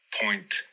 point